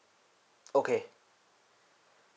okay